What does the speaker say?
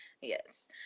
Yes